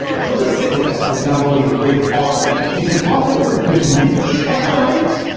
curtis sittenfeld is not only a great author. she's an author with a bit of a niche at times.